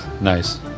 nice